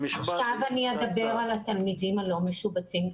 עכשיו אני אדבר על התלמידים הלא משובצים.